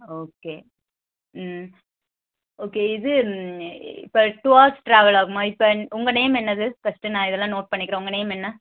okay hmm okay இது இப்போ two hours travel ஆகுமா இப்போ உங்கள் நேம் என்ன ஃபஸ்ட்டு நான் இதல்லாம் நோட் பண்ணிக்கிறேன் உங்கள் நேம் என்ன